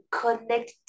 connect